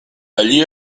allí